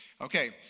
Okay